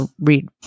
read